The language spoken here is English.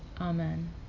Amen